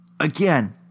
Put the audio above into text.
Again